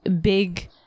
big